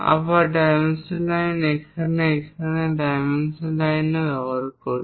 আবার dimension line এখানে এবং এখানে ডাইমেনশন লাইনও ব্যবহার করি